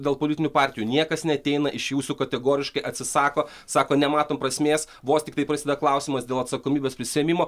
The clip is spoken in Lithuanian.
dėl politinių partijų niekas neateina iš jūsų kategoriškai atsisako sako nematom prasmės vos tiktai prasida klausimas dėl atsakomybės prisiėmimo